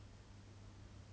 or like do you deserve it